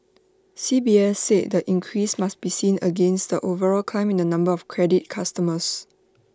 C B S said the increase must be seen against the overall climb in the number of credit customers